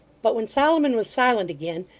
but when solomon was silent again,